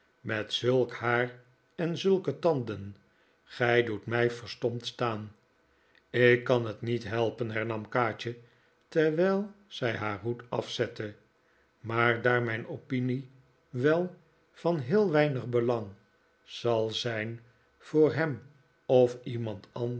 met zulk haar en zulke tanden gij doet mij verstomd staan ik kan het niet helpen hernam kaatje terwijl zij haar hoed afzette maar daar mijn opinie wel van heel weinig belang zal zijn voor hem of iemand